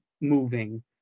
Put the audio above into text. moving